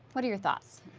what are your thoughts?